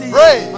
Pray